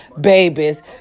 babies